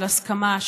של הסכמה,